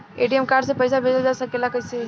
ATM card से पइसा भेजल जा सकेला कइसे?